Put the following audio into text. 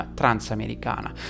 transamericana